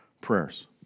prayers